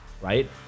right